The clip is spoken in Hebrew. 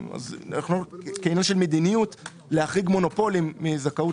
כעניין של מדיניות יש מקום להחריג מונופולים מזכאות